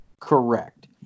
Correct